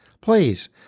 please